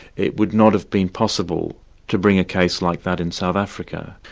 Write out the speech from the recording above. it would not have been possible to bring a case like that in south africa.